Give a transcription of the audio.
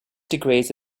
degrees